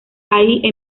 ahí